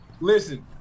listen